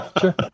Sure